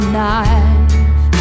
knife